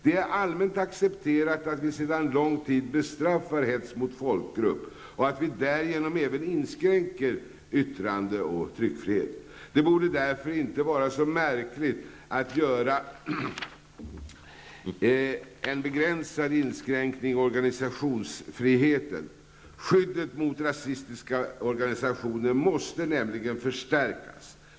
Det är allmänt accepterat att vi sedan lång tid bestraffar hets mot folkgrupp och att vi därigenom även inskränker yttrande och tryckfrihet. Det borde därför inte vara så märkligt att göra en begränsad inskränkning i organisationsfriheten. Skyddet mot rasistiska organisationer måste nämligen förstärkas.